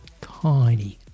Tiny